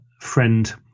friend